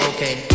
Okay